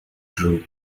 drew